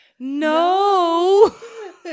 No